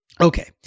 okay